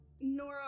Nora